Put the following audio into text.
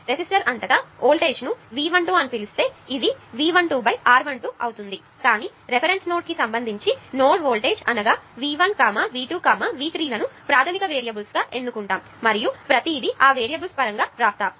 resistor అంతటా voltage ను V12 అని పిలిస్తే ఇది V12 R12 అవుతుంది కానీ రిఫరెన్స్ నోడ్కు సంబంధించిన నోడ్ వోల్టేజ్ అనగా V1 V 2 V 3 లను ప్రాధమిక వేరియబుల్స్ గా ఎన్నుకుంటాము మరియు ప్రతిదీ ఆ వేరియబుల్స్ పరంగా వ్రాస్తాము